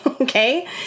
Okay